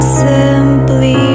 simply